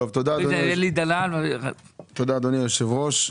תודה, אדוני היושב-ראש.